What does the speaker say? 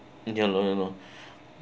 ya lor ya lor